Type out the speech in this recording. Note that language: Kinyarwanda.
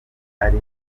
ari